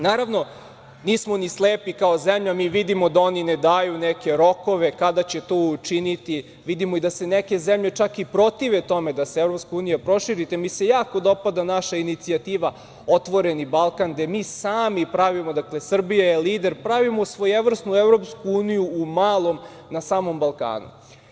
Naravno, nismo ni slepi kao zemlja, mi vidimo da oni ne daju neke rokove kada će to učiniti, vidimo i da se neke zemlje čak i protive tome da se EU proširi, te mi se jako dopada naša inicijativa „Otvoreni Balkan“, gde mi sami pravimo, dakle, Srbija je lider, pravimo svojevrsnu EU u malom, na samom Balkanu.